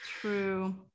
True